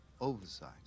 Oversight